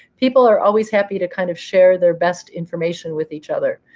people are always happy to kind of share their best information with each other.